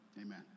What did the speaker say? Amen